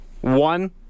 One